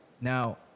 Now